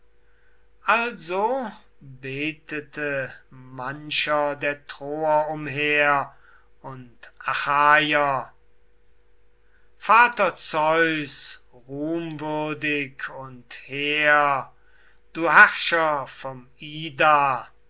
also betete mancher den blick gen himmel gewendet vater zeus ruhmwürdig und hehr du herrscher vom ida